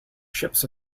ships